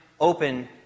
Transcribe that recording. open